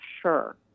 sure